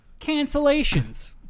Cancellations